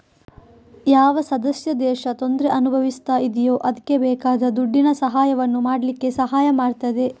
ಯಾವ ಸದಸ್ಯ ದೇಶ ತೊಂದ್ರೆ ಅನುಭವಿಸ್ತಾ ಇದೆಯೋ ಅದ್ಕೆ ಬೇಕಾದ ದುಡ್ಡಿನ ಸಹಾಯವನ್ನು ಮಾಡ್ಲಿಕ್ಕೆ ಸಹಾಯ ಮಾಡ್ತದೆ